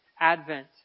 advent